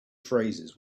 phrases